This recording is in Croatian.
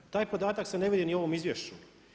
Taj podatak se ne vidi ni u ovom izvješću.